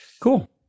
Cool